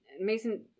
Mason